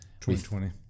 2020